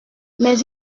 mais